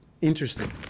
interesting